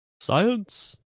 Science